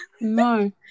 No